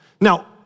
Now